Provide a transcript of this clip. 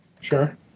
Sure